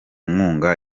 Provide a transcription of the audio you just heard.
nkunga